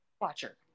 watcher